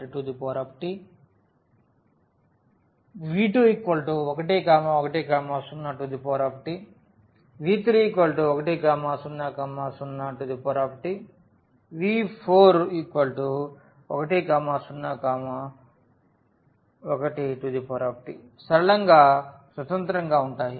v1111Tv2110Tv3100Tv4 ను101t సరళంగా స్వతంత్రంగా ఉంటాయి